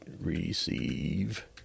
receive